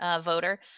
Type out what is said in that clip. voter